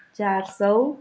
चार सौ